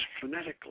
phonetically